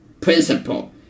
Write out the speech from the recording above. principle